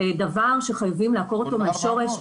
דבר שחייבים לעקור אותו מהשורש.